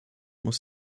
muss